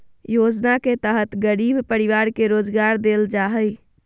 योजना के तहत गरीब परिवार के रोजगार देल जा हइ